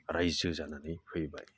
रायजो जानानै फैबाय